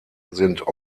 sind